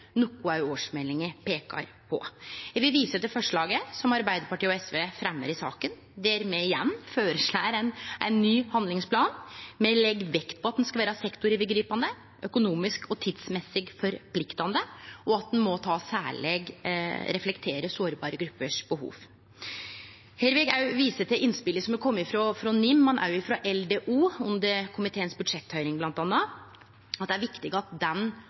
noko òg årsmeldinga peiker på. Eg vil vise til tilrådinga som Arbeidarpartiet, Senterpartiet og SV står bak i innstillinga, der me igjen føreslår ein ny handlingsplan. Me legg vekt på at han skal vere sektorovergripande, økonomisk og tidsmessig forpliktande, og at han særleg må reflektere behova til sårbare grupper. Her vil eg òg vise til innspelet som har kome frå NIM, men òg frå LDO, bl.a. under budsjetthøyringa i komiteen, om at det er viktig at den